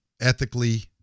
ethically